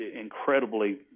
incredibly